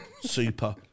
super